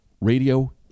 radio